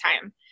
time